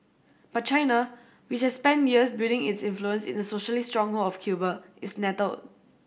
but China which has spent years building its influence in the socialist stronghold of Cuba is nettled